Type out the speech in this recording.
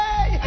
Hey